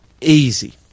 easy